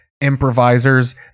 improvisers